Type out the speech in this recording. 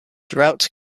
drought